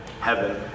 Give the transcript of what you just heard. heaven